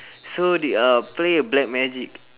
so they uh play with black magic